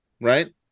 Right